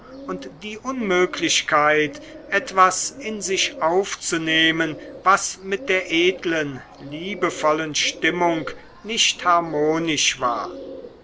und die unmöglichkeit etwas in sich aufzunehmen was mit der edlen liebevollen stimmung nicht harmonisch war